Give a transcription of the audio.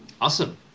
Awesome